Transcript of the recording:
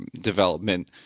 development